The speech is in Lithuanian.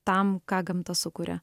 tam ką gamta sukuria